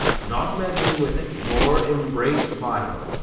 not meddling with it, nor embraced by it,